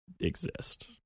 exist